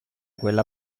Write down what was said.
quella